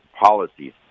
policies